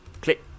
Click